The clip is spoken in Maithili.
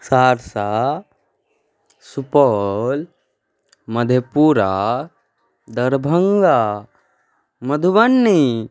सहरसा सुपौल मधेपुरा दरभङ्गा मधुबनी